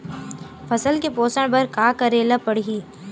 फसल के पोषण बर का करेला पढ़ही?